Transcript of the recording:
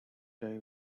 guy